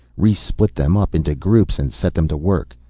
rhes split them up into groups and set them to work.